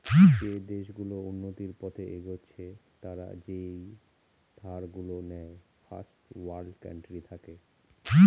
যে দেশ গুলো উন্নতির পথে এগচ্ছে তারা যেই ধার গুলো নেয় ফার্স্ট ওয়ার্ল্ড কান্ট্রি থেকে